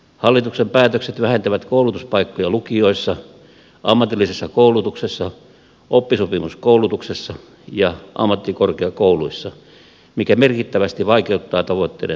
hallituksen päätökset vähentävät koulutuspaikkoja lukioissa ammatillisessa koulutuksessa oppisopimuskoulutuksessa ja ammattikorkeakouluissa mikä merkittävästi vaikeuttaa tavoitteiden saavuttamista